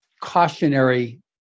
cautionary